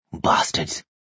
Bastards